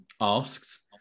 asks